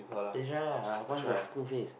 then try ah the fucking face